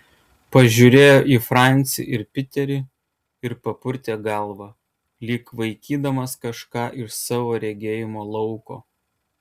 pažiūrėjo į francį ir piterį ir papurtė galvą lyg vaikydamas kažką iš savo regėjimo lauko